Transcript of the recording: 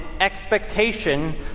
expectation